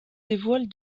dévoile